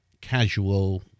casual